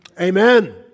amen